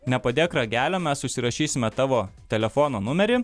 nepadėk ragelio mes užsirašysime tavo telefono numerį